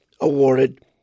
awarded